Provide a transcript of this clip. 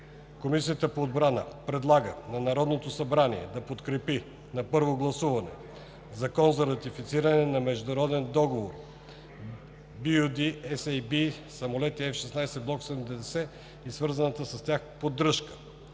Комисията по отбрана предлага на Народното събрание да подкрепи на първо гласуване Закон за ратифициране на международен договор (LOA) BU-D-SAB „Самолети F-16 Block 70 и свързана с тях поддръжка“